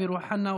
אמיר אוחנה,